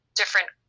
different